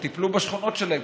גם טיפלו בשכונות שלהם,